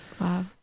Wow